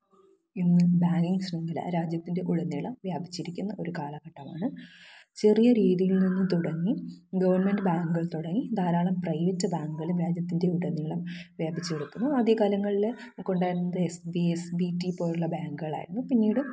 ഇന്ന് ബാങ്കിങ് ശൃംഖല രാജ്യത്തിന്റെ ഉടനീളം വ്യാപിച്ചിരിയ്ക്കുന്ന ഒരു കാലഘട്ടമാണ് ചെറിയ രീതിയിൽ നിന്നും തുടങ്ങി ഗവൺമെന്റ് ബാങ്ക്കൾ തുടങ്ങി ധാരാളം പ്രൈവറ്റ് ബാങ്ക്കൾ രാജ്യത്തിന്റെ ഉടനീളം വ്യാപിച്ച് കിടക്കുന്നു ആദ്യകാലങ്ങളിൽ നമുക്കുണ്ടായിരുന്നത് S B S B T പോലുള്ള ബാങ്കുകളായിരുന്നു പിന്നീട്